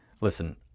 Listen